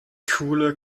coole